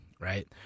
Right